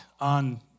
on